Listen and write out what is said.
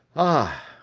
ah,